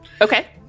Okay